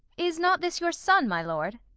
is not this your son, my lord?